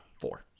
Four